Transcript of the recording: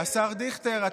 השר דיכטר.